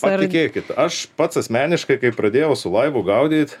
patikėkit aš pats asmeniškai kai pradėjau su laivu gaudyt